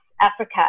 Africa